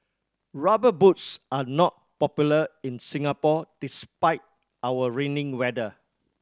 Rubber Boots are not popular in Singapore despite our rainy weather